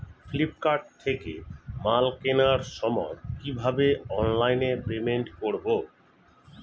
Flipkart থেকে মাল কেনার সময় কিভাবে অনলাইনে পেমেন্ট করব?